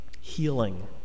healing